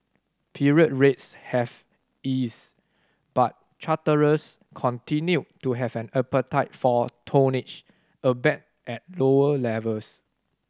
period rates have ease but charterers continued to have an appetite for tonnage albeit at lower levels